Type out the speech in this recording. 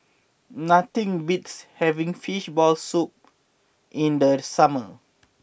nothing beats having Fishball Soup in the summer